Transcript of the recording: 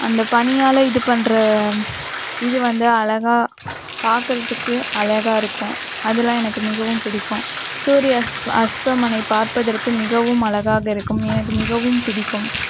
அந்த பனியால் இது பண்ணுற இது வந்து அழகாக பாக்கிறத்துக்கு அழகாக இருக்கும் அதெல்லாம் எனக்கு மிகவும் பிடிக்கும் சூரிய அஸ்தமனை பார்ப்பதற்கு மிகவும் அழகாக இருக்கும் எனக்கு மிகவும் பிடிக்கும்